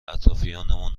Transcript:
اطرافیانمون